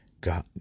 God